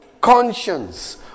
conscience